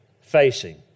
facing